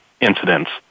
incidents